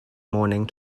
morning